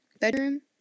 Bedroom